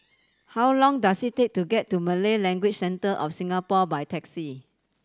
how long does it take to get to Malay Language Centre of Singapore by taxi